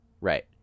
Right